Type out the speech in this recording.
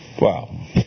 Wow